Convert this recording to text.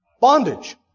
Bondage